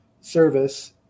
service